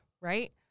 right